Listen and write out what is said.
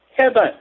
heaven